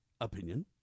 opinion